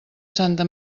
santa